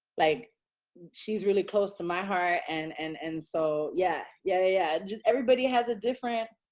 like she's really close to my heart. and and and so, yeah, yeah, yeah. just everybody has a different,